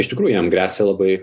iš tikrųjų jam gresia labai